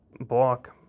block